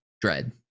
Dread